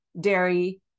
dairy